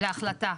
להחלטה.